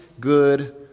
good